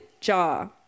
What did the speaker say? Jaw